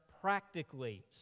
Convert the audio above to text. practically